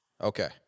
Okay